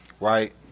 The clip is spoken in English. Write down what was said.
right